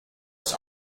its